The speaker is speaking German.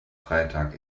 freitag